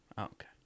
Okay